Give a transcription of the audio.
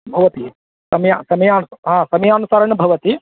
भवति समया समयानु ह समयानुसारं भवति